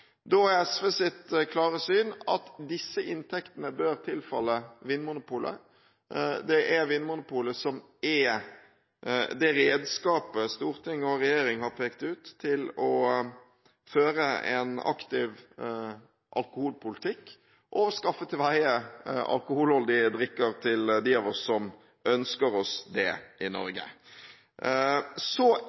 Da er SVs klare syn at disse inntektene bør tilfalle Vinmonopolet. Det er Vinmonopolet som er det redskapet storting og regjering har pekt ut til å føre en aktiv alkoholpolitikk og skaffe til veie alkoholholdige drikker til dem av oss i Norge som ønsker seg det. Så innser vi også at det ligger klare begrensninger i